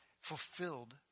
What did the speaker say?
fulfilled